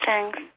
Thanks